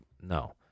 no